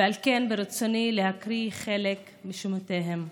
ועל כן ברצוני להקריא חלק משמותיהם.